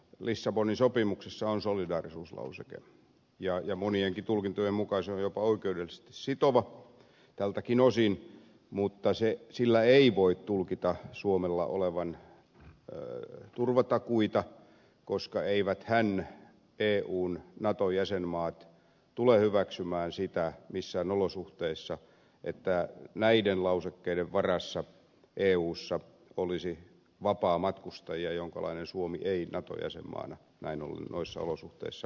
lissabonin sopimuksessa on solidaarisuuslauseke ja monienkin tulkintojen mukaan se on jopa oikeudellisesti sitova tältäkin osin mutta sen nojalla ei voi tulkita suomella olevan turvatakuita koska eiväthän eun nato jäsenmaat tule hyväksymään sitä missään olosuhteissa että näiden lausekkeiden varassa eussa olisi vapaamatkustaja jonkalainen suomi ei nato jäsenmaana näin ollen noissa olosuhteissa olisi